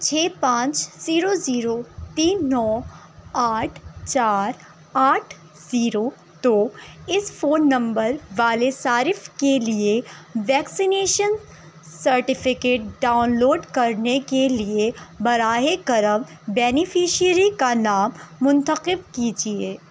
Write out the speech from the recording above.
چھ پانچ zero zero تین نو آٹھ چار آٹھ زیرو دو اس فون نمبر والے صارف کے لیے ویکسینیشن سرٹیفکیٹ ڈاؤن لوڈ کرنے کے لیے برائے کرم بینیفشیری کا نام منتخب کیجیے